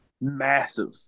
massive